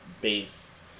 based